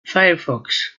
firefox